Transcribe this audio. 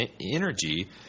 energy